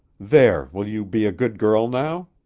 there! will you be a good girl now?